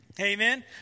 Amen